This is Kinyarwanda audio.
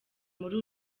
muri